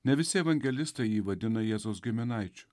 ne visi evangelistai jį vadina jėzaus giminaičiu